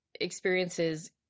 experiences